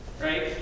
right